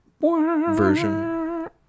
version